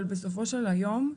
אבל בסופו של היום,